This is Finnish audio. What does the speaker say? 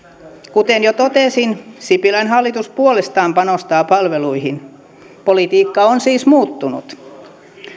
kuten jo totesin sipilän hallitus puolestaan panostaa palveluihin politiikka on siis muuttunut